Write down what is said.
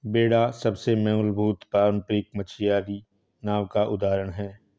बेड़ा सबसे मूलभूत पारम्परिक मछियारी नाव का उदाहरण है